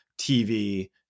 TV